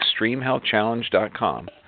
ExtremeHealthChallenge.com